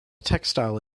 textile